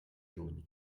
juny